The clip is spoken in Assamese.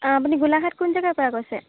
অঁ আপুনি গোলাঘাট কোন জেগাৰপৰা কৈছে